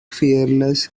fearless